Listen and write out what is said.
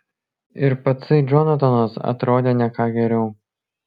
ir patsai džonatanas atrodė ne ką geriau